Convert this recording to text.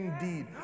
indeed